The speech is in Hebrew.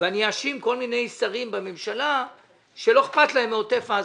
ואני אאשים כל מיני שרים בממשלה שלא אכפת להם מעוטף עזה.